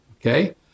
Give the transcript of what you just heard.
okay